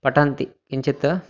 पठन्ति किञ्चित्